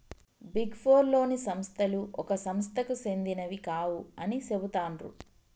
big four లోని సంస్థలు ఒక సంస్థకు సెందినవి కావు అని చెబుతాండ్రు